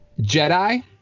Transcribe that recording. Jedi